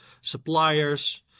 suppliers